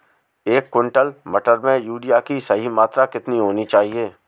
एक क्विंटल मटर में यूरिया की सही मात्रा कितनी होनी चाहिए?